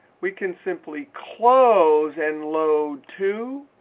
we can simply close and load to.